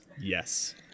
Yes